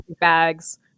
bags